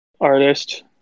artist